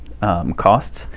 costs